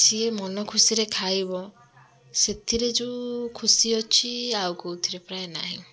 ସିଏ ମନ ଖୁସିରେ ଖାଇବ ସେଥିରେ ଯେଉଁ ଖୁସି ଅଛି ଆଉ କେଉଁଥିରେ ପ୍ରାୟ ନାହିଁ